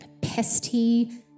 pesty